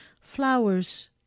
flowers